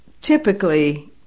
typically